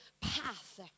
path